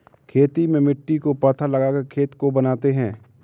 खेती में मिट्टी को पाथा लगाकर खेत को बनाते हैं?